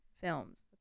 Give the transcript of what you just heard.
films